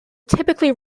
typically